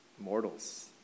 mortals